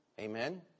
Amen